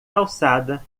calçada